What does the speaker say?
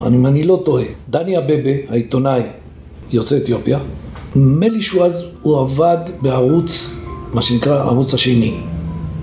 אם אני לא טועה, דניאל אבבה, העיתונאי, יוצא אתיופיה, נדמה לי שהוא אז עבד בערוץ, מה שנקרא, הערוץ השני.